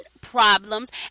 problems